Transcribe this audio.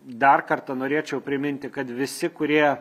dar kartą norėčiau priminti kad visi kurie